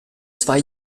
zwei